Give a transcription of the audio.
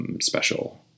special